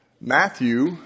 Matthew